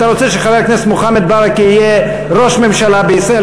אתה רוצה שחבר הכנסת מוחמד ברכה יהיה ראש ממשלה בישראל,